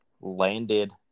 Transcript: landed